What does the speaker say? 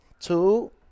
two